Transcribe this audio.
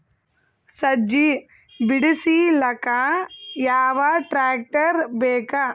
ಸಜ್ಜಿ ಬಿಡಿಸಿಲಕ ಯಾವ ಟ್ರಾಕ್ಟರ್ ಬೇಕ?